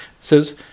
Says